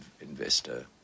investor